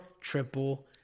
Triple